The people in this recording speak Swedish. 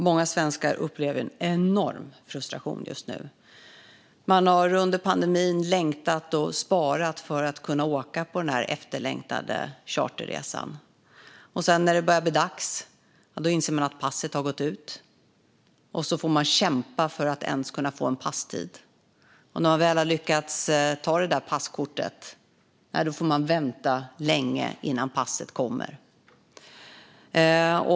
Fru talman! Många svenskar upplever en enorm frustration just nu. Man har under pandemin längtat och sparat för att kunna åka på den efterlängtade charterresan. När det sedan börjar bli dags inser man att passet har gått ut, och man får då kämpa för att ens kunna få en passtid. När man väl har lyckats ta det där passfotot får man vänta länge innan passet kommer.